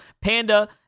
Panda